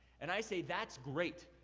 and i say that's great.